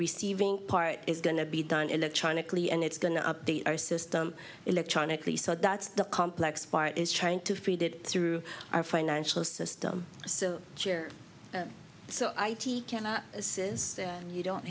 receiving part is going to be done electronically and it's going to update our system electronically so that's the complex part is trying to free did through our financial system so so i cannot assist you don't